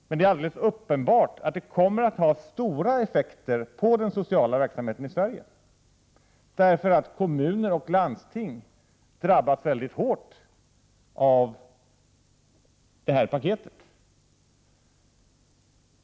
Men det är alldeles uppenbart att paketförslaget kommer att ha stora effekter på den sociala verksamheten i Sverige, eftersom kommuner och landsting drabbas väldigt hårt av det.